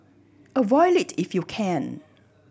avoid it if you can